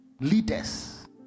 leaders